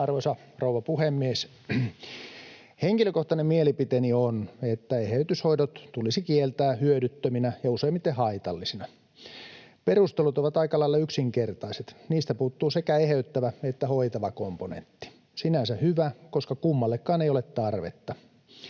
Arvoisa rouva puhemies! Henkilökohtainen mielipiteeni on, että eheytyshoidot tulisi kieltää hyödyttöminä ja useimmiten haitallisina. Perustelut ovat aika lailla yksinkertaiset: niistä puuttuu sekä eheyttävä että hoitava komponentti. Sinänsä hyvä, koska kummallekaan ei ole tarvetta.